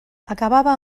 acabava